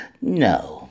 No